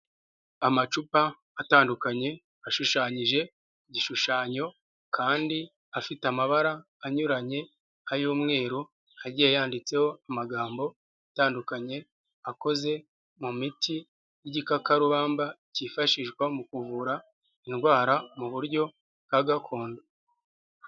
Amacupa atandukanye ashushanyije igishushanyo kandi afite amabara anyuranye, ay'umweru agiye yanditseho amagambo atandukanye, akoze mu miti y'igikakarubamba kifashishwa mu kuvura indwara mu buryo bwa gakondo.